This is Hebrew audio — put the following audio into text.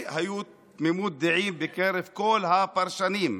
והייתה תמימות דעים בקרב כל הפרשנים.